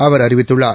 அவர் அறிவித்துள்ளார்